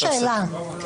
זו היתה שאלה.